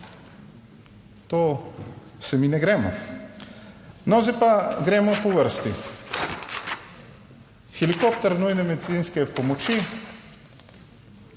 to se mi ne gremo. No, zdaj pa gremo po vrsti. Helikopter nujne medicinske pomoči